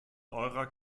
eurer